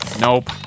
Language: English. nope